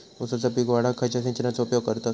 ऊसाचा पीक वाढाक खयच्या सिंचनाचो उपयोग करतत?